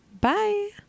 bye